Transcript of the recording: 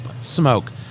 smoke